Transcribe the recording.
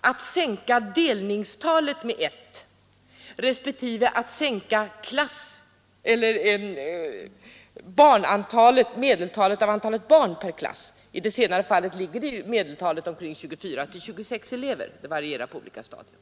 att sänka delningstalen med ett, respektive att sänka medeltalet av antalet barn per klass med ett. I det senare fallet ligger medeltalet på 24—26 elever — det varierar på olika stadier.